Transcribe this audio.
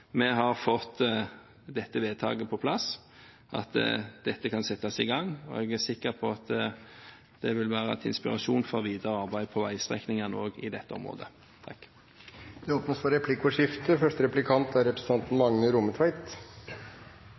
vi har fått dette vedtaket på plass, at dette kan settes i gang. Jeg er sikker på at det vil være til inspirasjon for videre arbeid på veistrekningene i dette området. Det åpnes for replikkordskifte. Eg vil begynna med å seia at eg er